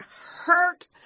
hurt